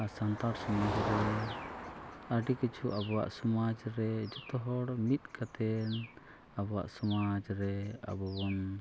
ᱟᱨ ᱥᱟᱱᱛᱟᱲ ᱥᱚᱢᱟᱡᱽ ᱨᱮ ᱟᱹᱰᱤ ᱠᱤᱪᱷᱩ ᱟᱵᱚᱣᱟᱜ ᱥᱚᱢᱟᱡᱽ ᱨᱮ ᱡᱚᱛᱚ ᱦᱚᱲ ᱢᱤᱫ ᱠᱟᱛᱮᱫ ᱟᱵᱚᱣᱟᱜ ᱥᱚᱢᱟᱡᱽ ᱨᱮ ᱟᱵᱚ ᱵᱚᱱ